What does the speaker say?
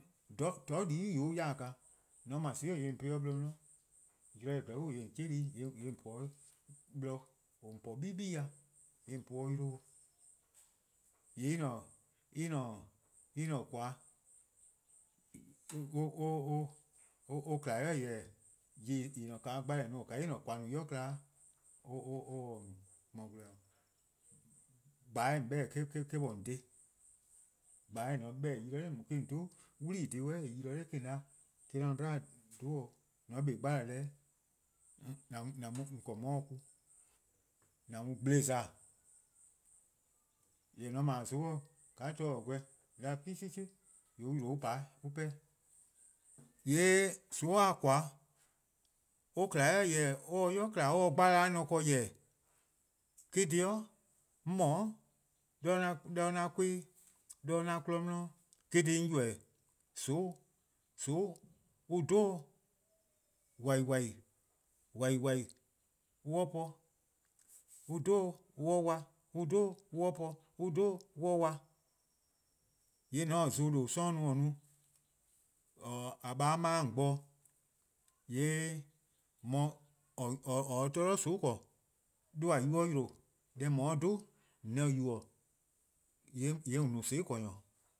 :dhororn' :dele' on ya-dih-a, :mor :on 'ble :soon'+ :yee' :on po-ih 'de blor 'di zorn zen zorn bo :yee' :on 'chehli-', :yee' :on po 'de blor :on po-a 'bibi' dih :yee' :on po-or 'de 'yluh-' dih. :yee' eh-: :koan: or :kma 'i 'weh jorwor:, :yeh :en no-a gbalor+ 'i :ka en-' :koan: no-a 'yi :kma-a, or se-a 'o no. :mor :gwlor-nyor: 'gbeh :on 'beh-dih-a eh-: :on 'ye dhe, 'gbeh :on se-a 'beh-dih :eh yi-dih-a 'de nao' eh-: :on 'dhu 'wlii dhih 'suh, eh yi-dih 'de nao' eh-: 'da eh-: 'an mu 'dlu :dhe 'o. :mor :on 'kpa 'gbalor+ deh-' :on :korn :on 'ye-dih ku. :an mu gblo+ :za, jorwor: :mor :on 'ble :soon' :ka glu-a taa gor :yeh :on no-a 'chih 'chih 'chih :yee' on 'yle on pa on pehn-dih. :yee' :soon'-a :korn-a' eh :kma 'i 'weh jorwor: eh se 'i :kma eh 'se 'gbalor neh ken :yeh-dih. Eh-: :korn dhih 'mor 'de 'an 'kpa+ 'di 'de an 'kmo 'di, eh-: dhih 'on :ybeh :soon'. :soon' an 'dhobo-':wai:wai: :wai::wai: an po ghen+, an 'dhobo-' an 'wa ghen+, an 'dhobo-' an po ghen+, an 'dhobo-' an 'wa ghen+. :yee' :mor :on 'ye zon :due', 'sororn' 'i no, :yee' :mor :a :baa 'ma 'o :on bo-dih, :yee' :mor :or se-a :soon' 'ble zama :mor 'duhba: yu 'yle deh :on 'ye-a 'o 'dhu :or se-eh yubo:, :yee' :on no :soon'+ :korn-nyor:.